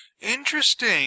Interesting